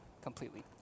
completely